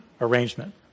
arrangement